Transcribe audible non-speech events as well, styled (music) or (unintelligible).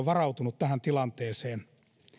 (unintelligible) varautunut tähän tilanteeseen